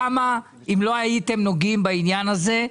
בכמה אם לא הייתם נוגעים בעניין הזה,